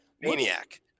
maniac